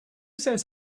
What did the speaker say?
says